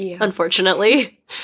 unfortunately